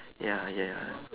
ya ya ya